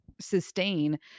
sustain